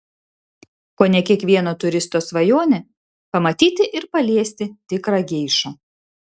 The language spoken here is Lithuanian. kone kiekvieno turisto svajonė pamatyti ir paliesti tikrą geišą